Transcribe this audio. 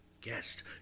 guest